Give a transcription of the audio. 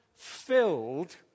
filled